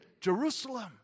Jerusalem